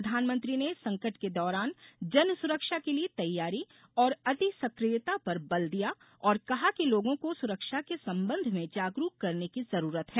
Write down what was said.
प्रधानमंत्री ने संकट के दौरान जन सुरक्षा के लिए तैयारी और अतिसक्रियता पर बल दिया और कहा कि लोगों को सुरक्षा के संबंध में जागरूक करने की जरूरत है